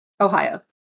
Ohio